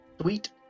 Sweet